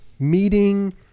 Meeting